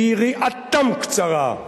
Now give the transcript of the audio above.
ויריעתם קצרה.